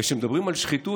וכשמדברים על שחיתות,